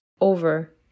over